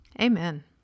amen